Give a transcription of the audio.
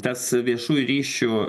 tas viešųjų ryšių